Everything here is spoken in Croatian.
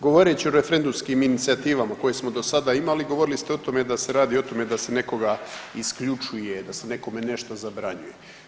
Govoreći o referendumskim inicijativama koje smo do sada imali govorili ste o tome da se radi o tome da se nekoga isključuje, da se nekome nešto zabranjuje.